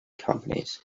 companies